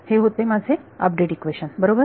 हे होते माझे अपडेट इक्वेशन बरोबर